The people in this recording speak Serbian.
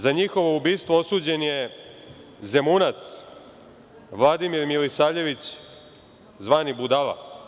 Za njihovo ubistvo osuđen je Zemunac, Vladimir Milisavljević, zvani Budala.